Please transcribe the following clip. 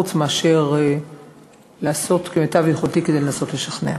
חוץ מאשר לעשות כמיטב יכולתי כדי לנסות לשכנע.